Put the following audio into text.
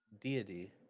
deity